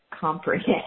comprehend